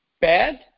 bad